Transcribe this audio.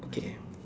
okay